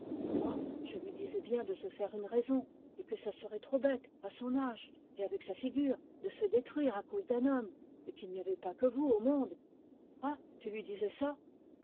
moi je lui disais bien de se faire une raison et que ça serait trop bête à son âge et avec sa figure de se détruire à cause d'un homme et qu'il n'y avait pas que vous au monde ah tu lui disais ça